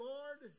Lord